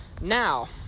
now